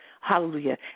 Hallelujah